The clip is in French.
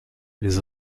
les